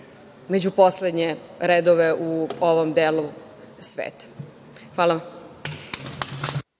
među poslednje redove u ovom delu sveta. Hvala.